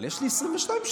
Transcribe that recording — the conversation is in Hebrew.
אבל יש לי 22 שניות.